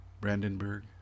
Brandenburg